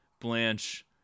Blanche